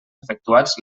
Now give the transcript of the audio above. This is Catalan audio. efectuats